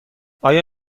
آیا